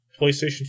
PlayStation